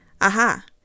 Aha